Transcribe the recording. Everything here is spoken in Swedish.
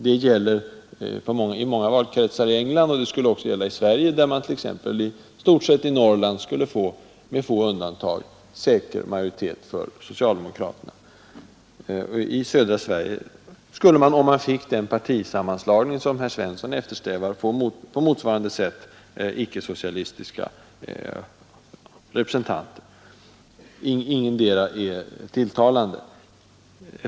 Det gäller för många valkretsar i England, och det skulle också gälla i Sverige, där man t.ex. i Norrland med få undantag skulle få säker majoritet för socialdemokraterna. I södra Sverige skulle man, om den partisammanslagning genomfördes som herr Svensson i Eskilstuna eftersträvar, på motsvarande sätt få huvudsakligen ickesocialistiska representanter. Ingetdera är tilltalande.